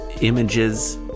images